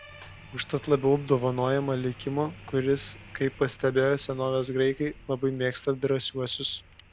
užtat labiau apdovanojama likimo kuris kaip pastebėjo senovės graikai labai mėgsta drąsiuosius